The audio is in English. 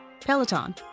Peloton